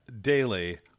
daily